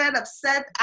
upset